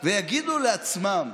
ויגידו לעצמם: